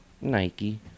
Nike